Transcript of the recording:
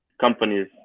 companies